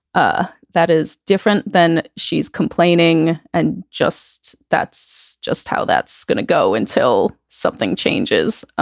ah that is different than she's complaining and just that's just how that's going to go until something changes.